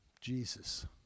Jesus